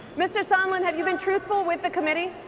mr. sondland have you been truthful with the committee?